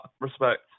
respect